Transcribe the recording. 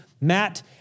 Matt